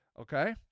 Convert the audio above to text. Okay